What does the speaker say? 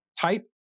type